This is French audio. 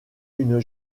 une